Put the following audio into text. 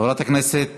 חברת הכנסת